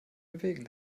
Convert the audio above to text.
bewegen